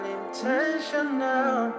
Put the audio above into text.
intentional